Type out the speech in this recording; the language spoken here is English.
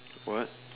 what